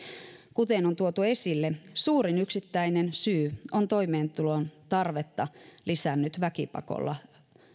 kuten on tuotu esille suurin yksittäinen syy on toimeentulon tarvetta lisännyt väkipakolla